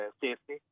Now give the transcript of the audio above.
safety